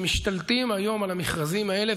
שמשתלטים היום על המכרזים האלה.